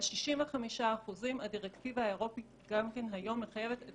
ה-65% גם כן הדירקטיבה האירופית מחייבת את